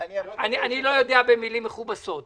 יודע במילים מכובסות.